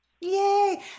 yay